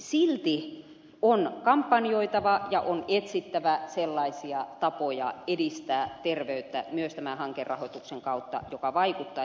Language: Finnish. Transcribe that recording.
silti on kampanjoitava ja on etsittävä sellaisia tapoja edistää terveyttä myös tämän hankerahoituksen kautta jotka vaikuttavat